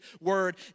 word